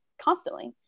constantly